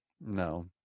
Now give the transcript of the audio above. no